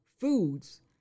foods